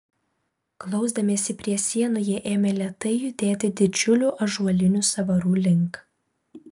glausdamiesi prie sienų jie ėmė lėtai judėti didžiulių ąžuolinių sąvarų link